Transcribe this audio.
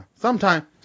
Sometime